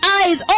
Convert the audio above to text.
eyes